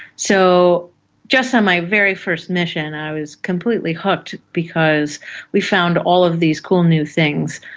so just on my very first mission i was completely hooked because we found all of these cool new things,